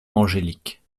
angélique